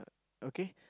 okay